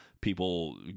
people